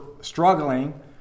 struggling